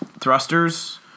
Thrusters